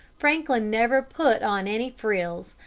franklin never put on any frills,